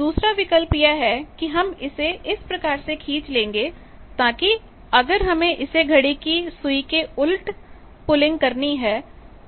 दूसरा विकल्प यह है कि हम इसे इस प्रकार से खींच लेंगे ताकि अगर हमें इसे घड़ी की सुई के उलट पुलिंग करनी है